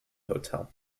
hotel